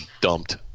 dumped